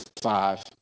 five